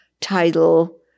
title